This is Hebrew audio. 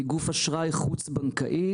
היא גוף אשראי חוץ בנקאי,